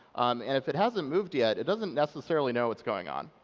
um and if it hasn't moved yet, it doesn't necessarily know what's going on.